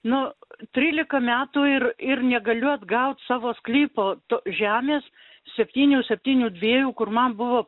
nu trylika metų ir ir negaliu atgaut savo sklypo to žemės septynių septynių dviejų kur man buvo